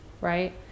right